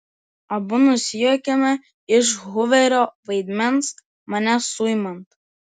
abu nusijuokiame iš huverio vaidmens mane suimant